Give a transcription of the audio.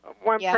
one